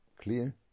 Clear